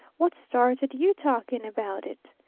what started you talking about it?